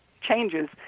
changes